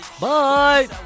Bye